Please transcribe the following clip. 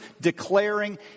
declaring